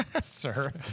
Sir